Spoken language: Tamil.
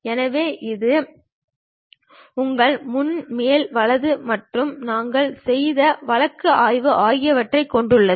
எனவே இது உங்கள் முன் மேல் வலது மற்றும் நாங்கள் செய்த வழக்கு ஆய்வு ஆகியவற்றைக் கொண்டுள்ளது